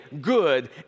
good